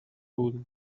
wool